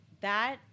that-